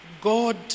God